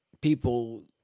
people